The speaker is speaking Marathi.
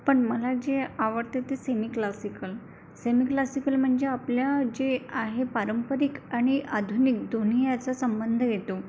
पण मला जे आवडते ते सेमी क्लासिकल सेमी क्लासिकल म्हणजे आपल्या जे आहे पारंपरिक आणि आधुनिक दोन्ही याचा संबंध येतो